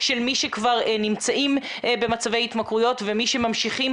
של מי שכבר נמצאים במצבי התמכרויות ומי שממשיכים